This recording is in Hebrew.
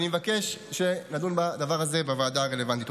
אני מבקש שנדון בדבר הזה בוועדה הרלוונטית.